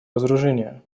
разоружения